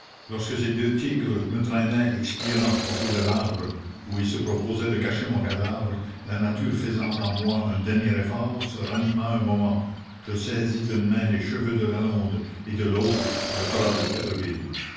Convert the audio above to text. lorsque ces deux tigres me traînaient expirant au pied de l'arbre où ils se proposaient de cacher mon cadavre la nature faisant en moi un dernier effort se ranima un moment je saisis d'une main les cheveux de lalonde et de l'autre le bras de